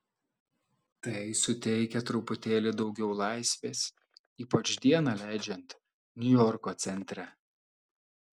tai suteikia truputėlį daugiau laisvės ypač dieną leidžiant niujorko centre